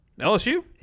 lsu